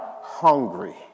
hungry